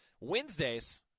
Wednesdays